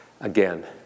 again